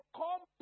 come